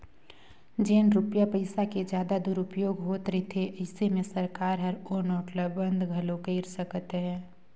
जेन रूपिया पइसा के जादा दुरूपयोग होत रिथे अइसे में सरकार हर ओ नोट ल बंद घलो कइर सकत अहे